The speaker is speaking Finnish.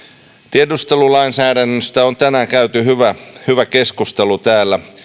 tiedustelulainsäädännöstä on tänään käyty hyvä keskustelu täällä